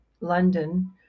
London